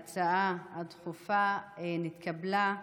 ההצעה הדחופה התקבלה,